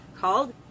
called